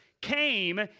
came